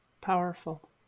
powerful